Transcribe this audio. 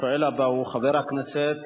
השואל הבא הוא חבר הכנסת